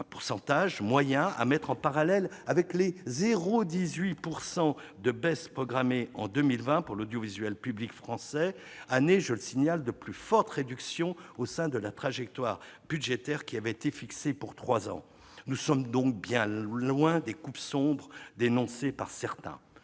Un pourcentage moyen à mettre en parallèle avec les 0,18 % de baisse programmée en 2020 pour l'audiovisuel public français- année de plus forte réduction au sein de la trajectoire budgétaire qui avait été fixée pour trois ans. Nous sommes donc bien loin des coupes claires dénoncées par certains.